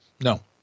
No